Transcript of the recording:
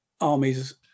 armies